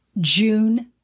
June